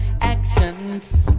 actions